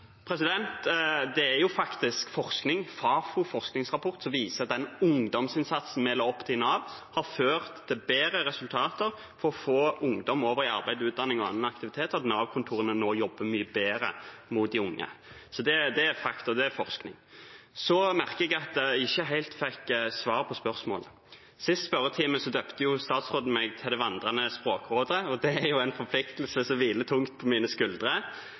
Det er faktisk en Fafo-rapport som viser at den ungdomsinnsatsen vi la opp til i Nav, har ført til bedre resultater for å få ungdom over i arbeid, utdanning og annen aktivitet, og at Nav-kontorene nå jobber mye bedre mot de unge. Det er fakta; det er forskning. Jeg merker at jeg ikke helt fikk svar på spørsmålet. I forrige spørretime døpte statsråden meg til «det vandrende språkrådet», og det er en forpliktelse som hviler tungt på mine skuldre.